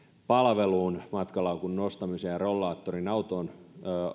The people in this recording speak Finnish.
palveluun matkalaukun nostamiseen ja rollaattorin autoon